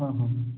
हां हां